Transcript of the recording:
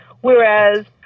Whereas